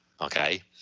okay